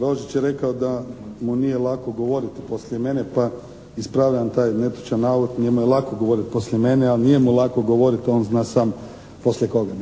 Rožić je rekao da mu nije lako govoriti poslije mene pa ispravljam taj netočan navod. Njemu je lako govoriti poslije mene, ali nije mu lako govoriti, on zna sam polije koga.